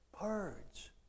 Birds